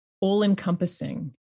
all-encompassing